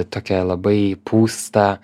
tokią labai pūstą